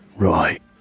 Right